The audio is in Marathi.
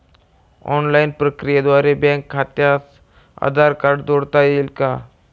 ऑनलाईन प्रक्रियेद्वारे बँक खात्यास आधार कार्ड जोडता येईल का?